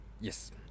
Yes